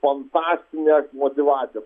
fantastinė motyvacija